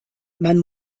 man